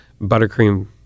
buttercream